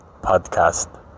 podcast